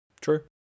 true